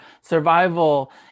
survival